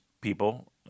people